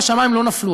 והשמים לא נפלו.